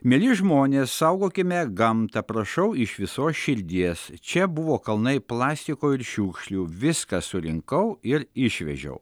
mieli žmonės saugokime gamtą prašau iš visos širdies čia buvo kalnai plastiko ir šiukšlių viską surinkau ir išvežiau